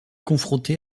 confronté